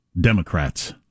Democrats